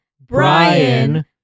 Brian